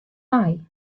mei